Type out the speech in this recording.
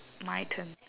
my turn